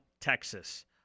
Texas